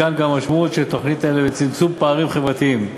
מכאן גם המשמעות של תוכניות אלה בצמצום פערים חברתיים.